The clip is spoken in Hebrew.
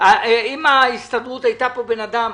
אם ההסתדרות הייתה בן אדם,